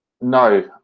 No